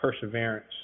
perseverance